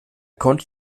konnte